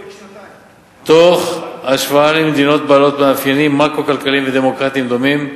תוך השוואה למדינות בעלות מאפיינים מקרו-כלכליים ודמוקרטיים דומים,